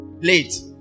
Late